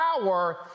power